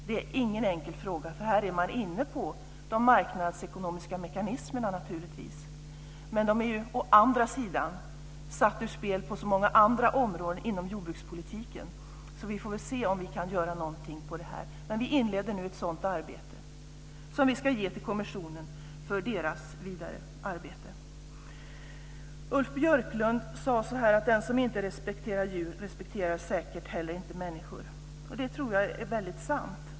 Det är ingen enkel fråga. Här är man naturligtvis inne på de marknadsekonomiska mekanismerna, men de är ju å andra sidan satta ur spel på så många andra områden inom jordbrukspolitiken. Vi får väl se om vi kan göra någonting på det här området. Vi inleder nu ett sådant arbete som vi ska ge till kommissionen för deras vidare arbete. Ulf Björklund sade att den som inte respekterar djur säkert inte heller respekterar människor. Det tror jag är sant.